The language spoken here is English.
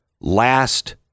last